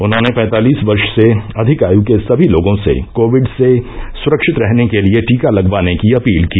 उन्होंने पैंतालीस वर्ष से अधिक आय के सभी लोगों से कोविड से सुरक्षित रहने के लिये टीका लगवाने की अपील की